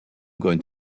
going